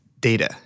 data